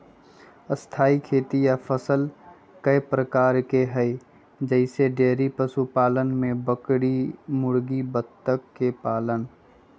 स्थाई खेती या फसल कय प्रकार के हई जईसे डेइरी पशुपालन में बकरी मुर्गी बत्तख के पालन